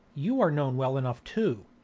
you are known well enough too.